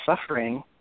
suffering